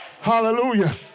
Hallelujah